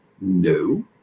No